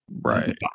Right